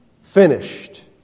finished